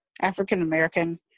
African-American